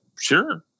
sure